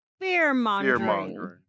fear-mongering